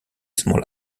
small